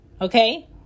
okay